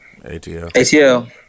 ATL